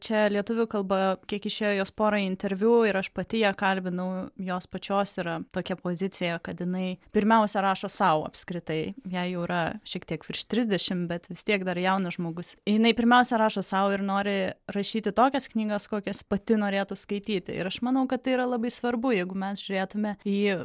čia lietuvių kalba kiek išėjo jos pora interviu ir aš pati ją kalbinau jos pačios yra tokia pozicija kad jinai pirmiausia rašo sau apskritai jei jau yra šiek tiek virš trisdešim bet vis tiek dar jaunas žmogus jinai pirmiausia rašo sau ir nori rašyti tokias knygas kokias pati norėtų skaityti ir aš manau kad tai yra labai svarbu jeigu mes žiūrėtume į